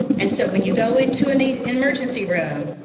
and so when you go into any emergency room.